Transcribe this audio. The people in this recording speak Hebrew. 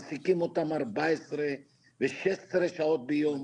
מעסיקים אותם 14 ו-16 שעות ביום,